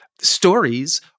stories